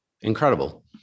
incredible